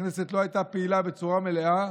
הכנסת לא הייתה פעילה בצורה מלאה,